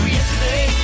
Yesterday